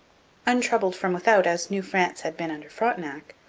untroubled from without as new france had been under frontenac,